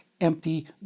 empty